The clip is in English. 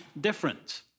different